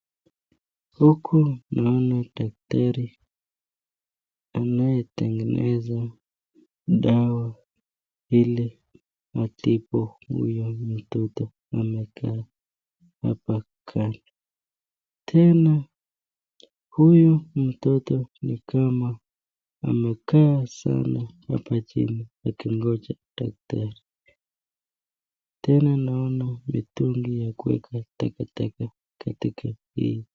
Huku naona daktari anayetengeneza dawa ili atibu huyu mtoto amekaa hapa kando, tena huyu mtoto ni kama amekaa sana hapa chini akingoja daktari, tena naona mitungi ya kuweka takataka katika hii hospitalini.